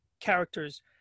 characters